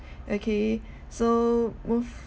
okay so move